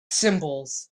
symbols